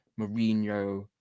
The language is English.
Mourinho